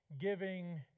giving